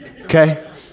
okay